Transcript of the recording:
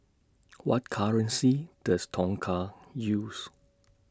What currency Does Tonga use